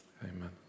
amen